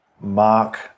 Mark